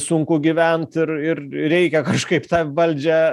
sunku gyvent ir ir reikia kažkaip tą valdžią